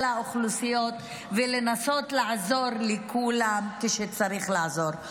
האוכלוסיות ולנסות לעזור לכולם כשצריך לעזור.